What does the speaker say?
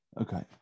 Okay